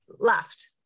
left